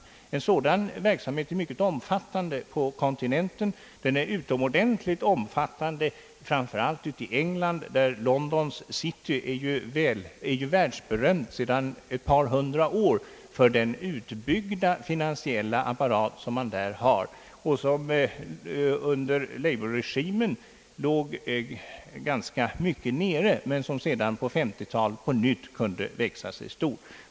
En sådan verksamhet är mycket omfattande på kontinenten. Den är utomordentligt omfattande framför allt i England. Londons city är världsberömt sedan ett par hundra år för sin utbyggda finansiella apparat. Under labourregimen låg den tyvärr ganska mycket nere, men den började sedan på 1950 talet på nytt att växa sig stor.